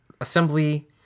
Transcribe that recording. assembly